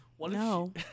No